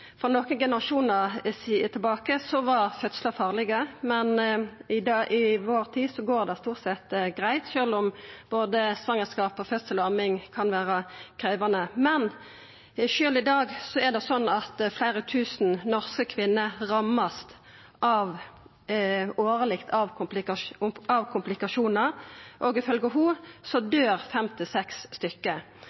for nokre generasjonar sidan var fødslar farlege, men i vår tid går det stort sett greitt, sjølv om både svangerskap, fødsel og amming kan vera krevjande. Men sjølv i dag er det sånn at fleire tusen norske kvinner årleg vert ramma av komplikasjonar, og ifølgje henne døyr fem–seks av dei. Så